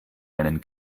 einen